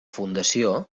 fundació